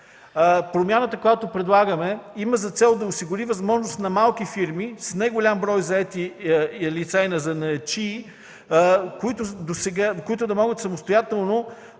Промяната, която предлагаме, има за цел да осигури възможност на малки фирми с неголям брой заети лица и занаятчии, които да могат самостоятелно